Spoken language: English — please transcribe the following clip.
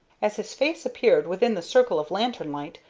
as his face appeared within the circle of lantern-light,